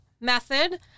Method